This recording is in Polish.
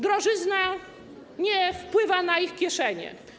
Drożyzna nie wpływa na ich kieszenie.